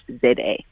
ZA